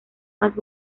más